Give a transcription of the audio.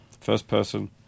first-person